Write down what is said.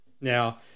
Now